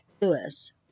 Lewis